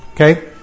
Okay